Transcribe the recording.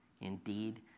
Indeed